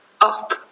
up